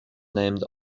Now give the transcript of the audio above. named